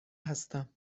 هستم